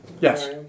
Yes